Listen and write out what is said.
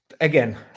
again